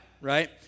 right